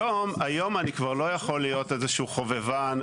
היום אני כבר לא יכול להיות איזשהו חובבן.